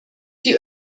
die